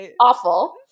awful